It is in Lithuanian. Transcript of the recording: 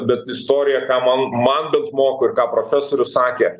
bet istorija ką man man bent moko ir ką profesorius sakė